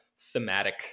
thematic